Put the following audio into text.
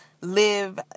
live